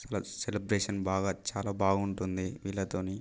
చాలా సెలబ్రేషన్ బాగా చాలా బాగుంటుంది వీళ్ళతోని